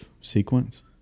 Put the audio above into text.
sequence